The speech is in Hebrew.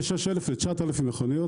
הורדנו את הגניבות מ-46,000 ל-9,000 מכוניות,